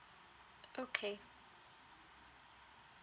okay